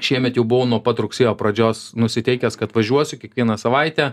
šiemet jau buvau nuo pat rugsėjo pradžios nusiteikęs kad važiuosiu kiekvieną savaitę